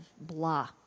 blah